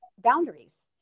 boundaries